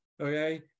okay